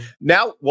now